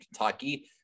Kentucky